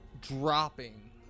dropping